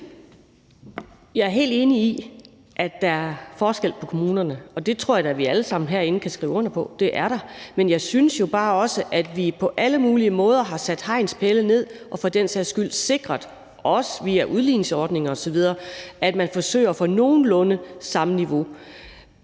Jeg er helt enig i, at der er forskel på kommunerne, og det tror jeg da vi alle sammen herinde kan skrive under på der er, men jeg synes jo bare også, at vi på alle mulige måder har sat hegnspæle ned og for den sags skyld sikret, også via udligningsordninger osv., at man forsøger at få nogenlunde samme niveau.